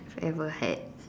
I've ever had